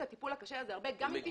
הטיפול הקשה הזה הרבה גם אם תישברי".